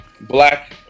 black